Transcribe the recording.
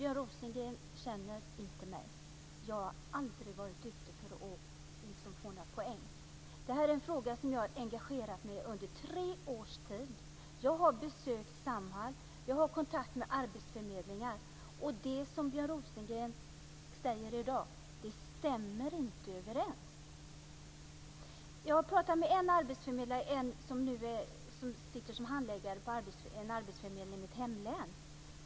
Fru talman! Björn Rosengren känner inte mig. Jag har aldrig varit ute efter att få några poäng. Det här är en fråga som jag har engagerat mig i under tre års tid. Jag har besökt Samhall. Jag har kontakt med arbetsförmedlingar. Det som Björn Rosengren säger i dag stämmer inte. Jag har pratat med en arbetsförmedlare som nu sitter som handläggare på en arbetsförmedling i mitt hemlän.